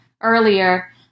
earlier